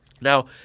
Now